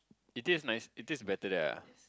it tastes nice it tastes better there ah